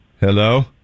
Hello